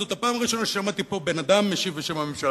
זאת הפעם הראשונה ששמעתי פה בן-אדם משיב בשם הממשלה.